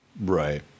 Right